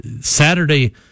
Saturday